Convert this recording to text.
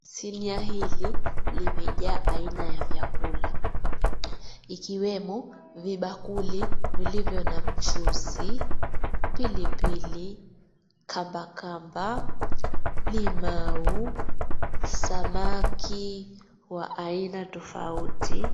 Sinia hili limejaa aina ya vyakula ikiwemo vibakuli vilivyo na mchuzi, pilipili, kambakamba, limau, samaki wa aina tofauti.